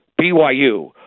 byu